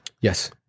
Yes